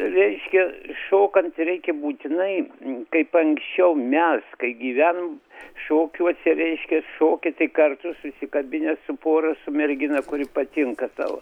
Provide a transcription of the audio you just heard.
reiškia šokant reikia būtinai kaip anksčiau mes kai gyvenom šokiuose reiškia šoki tik kartu susikabinęs su pora su mergina kuri patinka tau